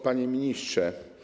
Panie Ministrze!